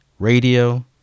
radio